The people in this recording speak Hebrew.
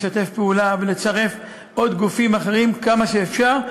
לשתף פעולה ולצרף עוד גופים אחרים כמה שאפשר.